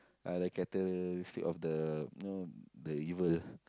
uh the characteristic of the you know the evil